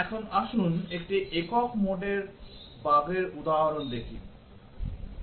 এখন আসুন একটি একক মোড বাগের উদাহরণ দেখি